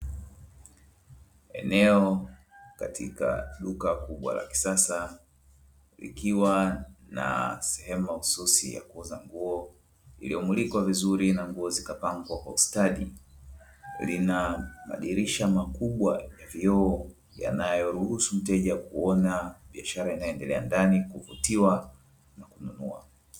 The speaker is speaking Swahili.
Eneo katika duka kubwa la kisasa likiwa na sehemu mahususi ya kuuza nguo iliyomulikwa vizuri na nguo zikapangwa kwa ustadi. Lina madirisha makubwa ya vioo yanayoruhusu mteja biashara inayoendelea ndani kuvutiwa na kununua.